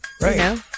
Right